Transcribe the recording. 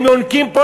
הם יונקים פה,